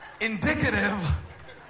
indicative